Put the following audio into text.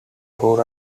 rural